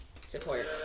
support